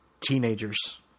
teenagers